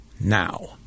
now